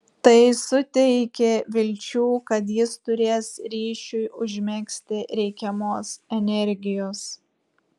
tai suteikė vilčių kad jis turės ryšiui užmegzti reikiamos energijos